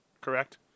correct